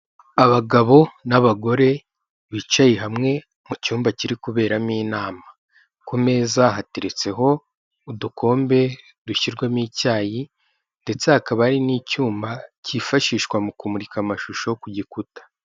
Abagabo n'abagore bicaye hamwe mu cyumba kiri kuberamo inama, ku meza hateretseho udukombe dushyirwamo icyayi ndetse hakaba hari n'icyuma kifashishwa mu kumurika amashusho ku gikuta.